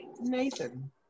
Nathan